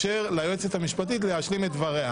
רשמתי אותך.